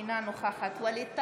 אינה נוכחת ווליד טאהא,